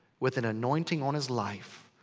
with an anointing on his life.